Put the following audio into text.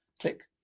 Click